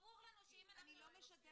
ברור לנו שאם אנחנו -- אני לא משדרת,